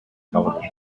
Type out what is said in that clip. television